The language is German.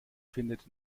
findet